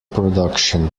production